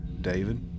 David